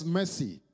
mercy